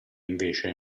invece